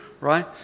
right